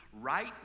right